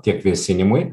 tiek vėsinimui